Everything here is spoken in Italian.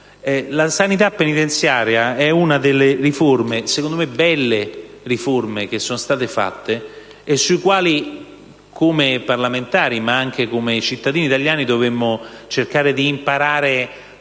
La sanità penitenziaria è una delle riforme, secondo me una di quelle buone, che sono state fatte e dalle quali, come parlamentari ma anche come cittadini italiani, dovremmo cercare di imparare